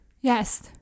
Yes